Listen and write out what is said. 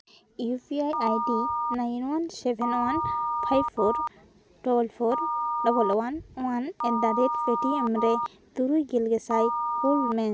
U P I ID nine one seven one five four double four double one one at the rate Paytm ᱨᱮ ᱛᱩᱨᱩᱭ ᱜᱮᱞ ᱜᱮᱥᱟᱭ ᱠᱩᱞ ᱢᱮ